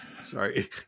Sorry